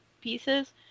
pieces